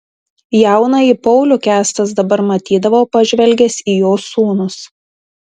jaunąjį paulių kęstas dabar matydavo pažvelgęs į jo sūnus